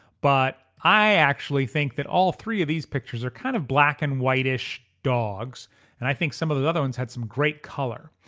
but i actually think that all three of these pictures are kind of black and white-ish dogs and i think some of the other ones had some great color.